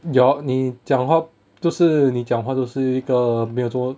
your 你讲话就是你讲话都是一个没有做